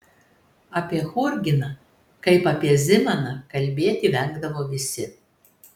apie churginą kaip apie zimaną kalbėti vengdavo visi